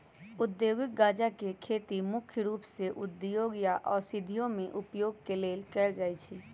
औद्योगिक गञ्जा के खेती मुख्य रूप से उद्योगों या औषधियों में उपयोग के लेल कएल जाइ छइ